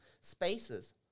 spaces